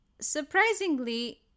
surprisingly